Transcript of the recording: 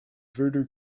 voodoo